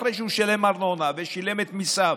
אחרי שהוא שילם ארנונה ושילם את מיסיו,